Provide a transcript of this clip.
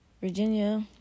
Virginia